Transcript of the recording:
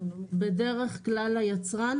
בדרך כלל, ליצרן.